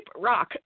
rock